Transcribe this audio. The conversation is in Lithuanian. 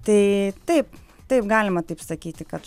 tai taip taip galima taip sakyti kad